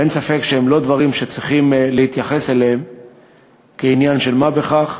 ואין ספק שהם לא דברים שצריך להתייחס אליהם כעניין של מה בכך.